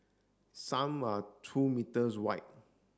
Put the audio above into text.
some are two meters wide